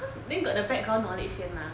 cos then got the background knowledge 先吗